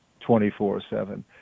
24-7